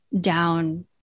down